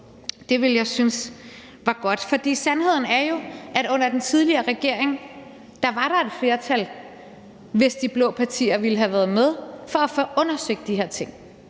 Det ville jeg synes var godt. Sandheden er jo, at under den tidligere regering var der et flertal, hvis de blå partier ville have været med, for at få undersøgt de her ting.